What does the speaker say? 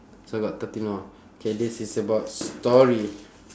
so got thirteen more K this is about story